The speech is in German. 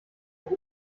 doch